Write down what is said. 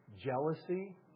jealousy